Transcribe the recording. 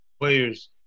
players